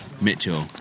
Mitchell